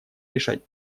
решать